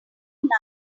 night